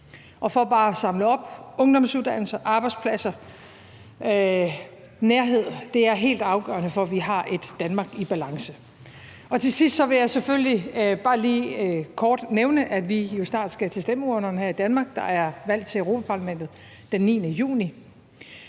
Og for bare at samle op: Ungdomsuddannelser, arbejdspladser, nærhed er helt afgørende for, at vi har et Danmark i balance. Til sidst vil jeg selvfølgelig bare lige kort nævne, at vi jo snart skal til stemmeurnerne her i Danmark. Der er valg til Europa-Parlamentet den 9. juni.